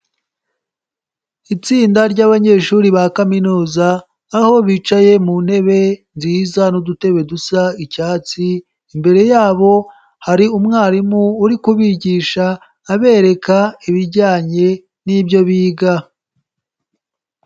Itsinda ry'abanyeshuri ba kaminuza, aho bicaye mu ntebe nziza n'udutebe dusa icyatsi, imbere yabo hari umwarimu uri kubigisha, abereka ibijyanye n'ibyo biga.